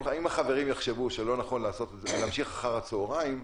אם החברים יחשבו שלא נכון להמשיך אחר הצוהריים,